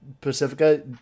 Pacifica